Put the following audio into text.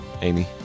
Amy